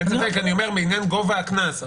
אין ספק, אני אומר מעניין גובה הקנס.